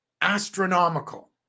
Astronomical